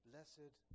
Blessed